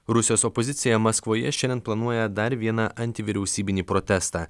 rusijos opozicija maskvoje šiandien planuoja dar vieną antivyriausybinį protestą